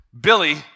Billy